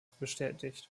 bestätigt